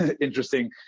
interesting